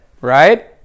right